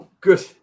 Good